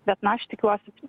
bet na aš tikiuosi